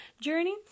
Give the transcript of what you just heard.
journey